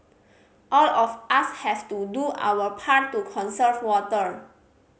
all of us have to do our part to conserve water